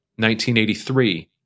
1983